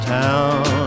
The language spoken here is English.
town